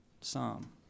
psalm